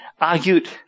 argued